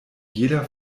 jeder